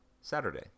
Saturday